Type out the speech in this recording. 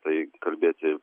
tai kalbėti